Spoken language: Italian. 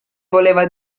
voleva